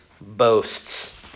boasts